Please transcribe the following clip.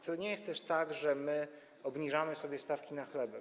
To nie jest też tak, że my obniżamy sobie stawki na chleb.